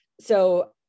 So-